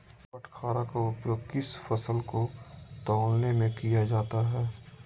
बाटखरा का उपयोग किस फसल को तौलने में किया जाता है?